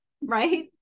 right